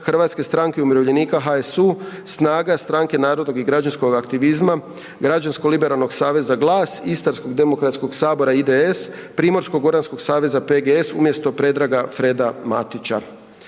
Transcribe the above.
Hrvatske stranke umirovljenika, HSU, SNAGA, Stranke narodnog i građanskog aktivizma, Građansko-liberalnog aktivizma, GLAS, Istarsko demokratskog sabora, IDS, Primorsko-goranskog saveza, PGS umjesto Predraga Freda Matića.